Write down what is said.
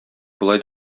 болай